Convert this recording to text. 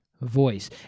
voice